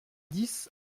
dix